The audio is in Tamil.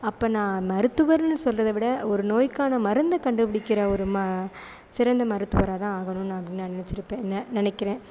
அப்போ நான் மருத்துவர்னு சொல்கிறத விட ஒரு நோய்க்கான மருந்தை கண்டுபிடிக்கிற ஒரு ம சிறந்த மருத்துவராக தான் ஆகணும்னு நான் நான் நினச்சிருப்பேன் நெ நெ நினைக்கிறேன்